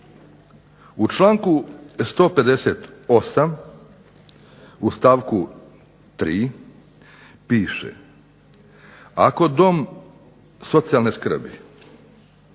U članku 158. u stavku 3. piše ako dom socijalne skrbi,